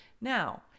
now